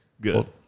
good